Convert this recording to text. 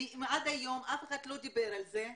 אם עד היום אף אחד לא דיבר על זה,